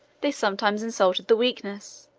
they sometimes insulted the weakness,